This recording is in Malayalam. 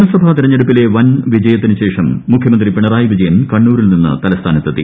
നിയമസഭാ തെരഞ്ഞെടുപ്പിലെ വൻ വിജയത്തിനുശേഷം മുഖ്യമന്ത്രി പിണറായി വിജയൻ് കണ്ണൂരിൽ നിന്ന് തലസ്ഥാനത്തെത്തി